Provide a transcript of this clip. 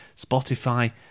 Spotify